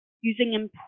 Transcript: using